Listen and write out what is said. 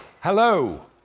Hello